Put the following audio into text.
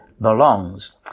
belongs